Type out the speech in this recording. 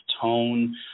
tone